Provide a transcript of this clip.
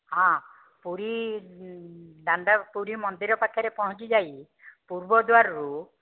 ହଁ ପୁରୀ ଦାଣ୍ଡ ପୁରୀ ମନ୍ଦିର ପାଖରେ ପହଞ୍ଚି ଯାଇ ପୁର୍ବଦ୍ୱାରରୁ